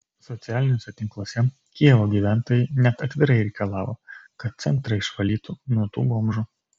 socialiniuose tinkluose kijevo gyventojai net atvirai reikalavo kad centrą išvalytų nuo tų bomžų